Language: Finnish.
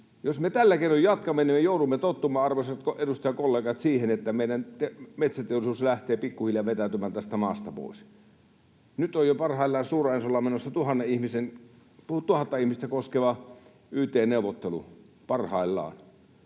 jos me tällä keinoin jatkamme, niin me joudumme tottumaan, arvoisat edustajakollegat, siihen, että meidän metsäteollisuus lähtee pikkuhiljaa vetäytymään tästä maasta pois. Nyt on jo Stora Ensolla menossa tuhatta ihmistä koskeva yt-neuvottelu parhaillaan.